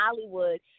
Hollywood